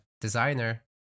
designer